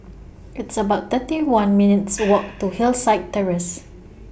It's about thirty one minutes' Walk to Hillside Terrace